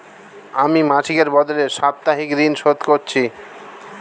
আমি মাসিকের বদলে সাপ্তাহিক ঋন শোধ করছি